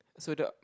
so the